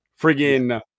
friggin